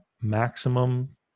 maximum